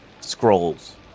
scrolls